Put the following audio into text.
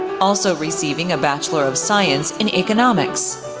also receiving a bachelor of science in economics.